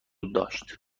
داشت